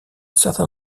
certain